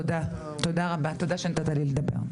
תודה רבה שנתת לי לדבר.